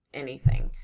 anything.